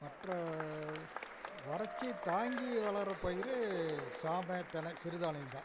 மற்ற வறட்சி தாங்கி வளர்ற பயிர் சாமை தெனை சிறு தானியம் தான்